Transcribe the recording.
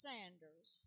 Sanders